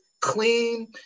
clean